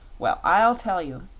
well, i'll tell you.